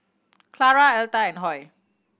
Clara Elta and Hoy